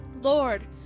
Lord